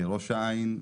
ראש העין,